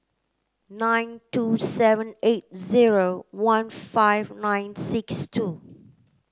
nine two seven eight zero one five nine six two